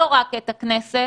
לא רק את הכנסת